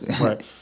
right